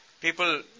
people